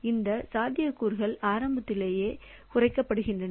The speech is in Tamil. அந்த சாத்தியக்கூறுகள் ஆரம்பத்திலேயே குறைக்கப்படுகின்றன